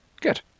Good